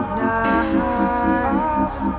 nights